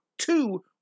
two